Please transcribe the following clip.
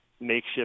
makeshift